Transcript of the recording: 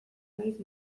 naiz